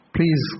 Please